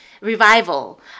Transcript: revival